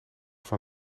van